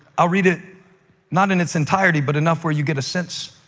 i'll read it not in its entirety but enough where you get a sense,